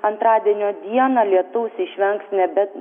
antradienio dieną lietaus išvengs nebent